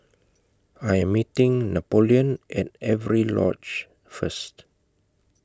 I'm meeting Napoleon At Avery Lodge First